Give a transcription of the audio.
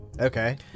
Okay